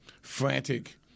frantic